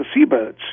seabirds